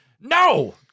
No